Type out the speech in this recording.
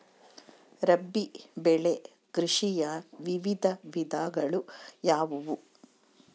ರಾಬಿ ಬೆಳೆ ಕೃಷಿಯ ವಿವಿಧ ವಿಧಗಳು ಯಾವುವು?